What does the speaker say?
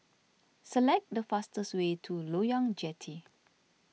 select the fastest way to Loyang Jetty